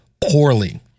poorly